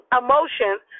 emotions